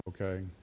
okay